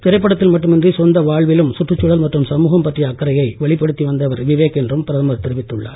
திரைப்படத்தில் மட்டுமின்றி சொந்த வாழ்விலும் சுற்றுச்சூழல் மற்றும் சமூகம் பற்றிய அக்கறையை வெளிப்படுத்தி வந்தவர் விவேக் என்றும் பிரதமர் தெரிவித்துள்ளார்